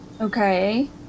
Okay